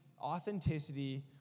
authenticity